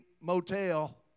motel